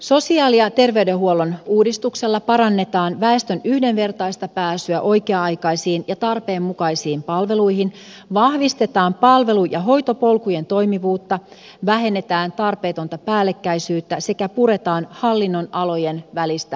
sosiaali ja terveydenhuollon uudistuksella parannetaan väestön yhdenvertaista pääsyä oikea aikaisiin ja tarpeenmukaisiin palveluihin vahvistetaan palvelu ja hoitopolkujen toimivuutta vähennetään tarpeetonta päällekkäisyyttä sekä puretaan hallinnonalojen välistä raja aitaa